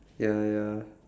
ya ya